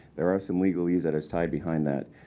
there are some legalese that is tied behind that,